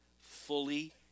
fully